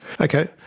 Okay